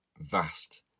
vast